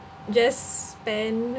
just spend